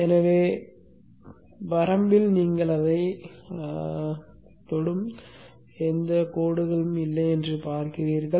எனவே வரம்பில் நீங்கள் அதை தொடும் கோடுகள் இல்லை என்று பார்ப்பீர்கள்